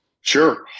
Sure